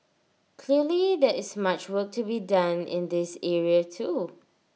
clearly there is much work to be done in this area too